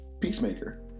Peacemaker